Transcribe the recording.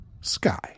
Sky